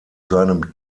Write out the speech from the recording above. seinem